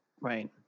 right